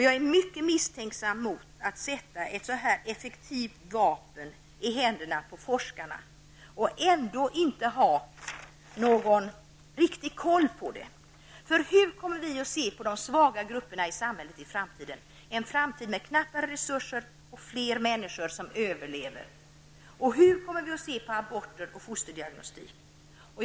Jag är mycket misstänksam mot att sätta ett sådant effektivt vapen i händerna på forskarna och ändå inte ha någon riktig kontroll över det. Hur kommer vi att se på de svaga grupperna i samhället i framtiden, en framtid med knappa resurser och fler människor som överlever? Och hur kommer vi att se på aborter och fosterdiagnostik?